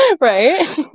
right